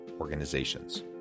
organizations